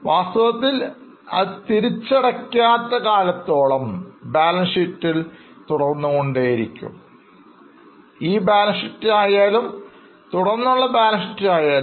വാസ്തവത്തിൽ അത് തിരിച്ചടയ്ക്കാത്ത കാലത്തോളം ബാലൻസ് ഷീറ്റിൽ തുടർന്നുകൊണ്ടേയിരിക്കും ഈ ബാലൻസ് ഷീറ്റിൽ ആയാലും തുടർന്നുള്ള ബാലൻസ് ഷീറ്റിൽ ആയാലും